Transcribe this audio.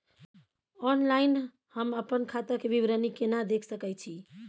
Online हम अपन खाता के विवरणी केना देख सकै छी?